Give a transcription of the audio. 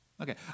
Okay